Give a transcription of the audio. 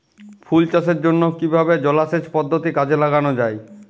ফুল চাষের জন্য কিভাবে জলাসেচ পদ্ধতি কাজে লাগানো যাই?